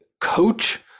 coach